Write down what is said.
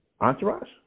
entourage